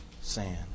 sand